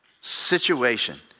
situation